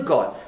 God